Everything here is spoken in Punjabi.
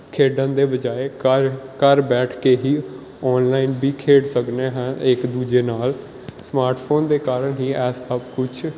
ਖੇਡਣ ਦੇ ਬਜਾਏ ਘਰ ਘਰ ਬੈਠ ਕੇ ਹੀ ਔਨਲਾਈਨ ਵੀ ਖੇਡ ਸਕਦੇ ਹਾਂ ਇੱਕ ਦੂਜੇ ਨਾਲ ਸਮਾਰਟਫੋਨ ਦੇ ਕਾਰਨ ਹੀ ਇਹ ਸਭ ਕੁਛ